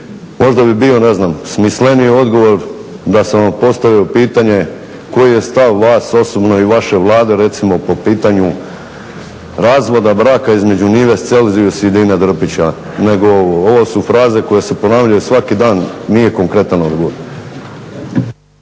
Možda bi bio, ne znam, smisleniji odgovor da sam vam postavio pitanje koji je stav vas osobno i vaše Vlade recimo po pitanju razvoda braka između Nives Celzijus i Dina Drpića nego ovo, ovo su fraze koje se ponavljaju svaki dan, nije konkretan odgovor.